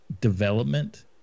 development